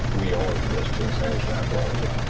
we are the best ginsengers in appalachia.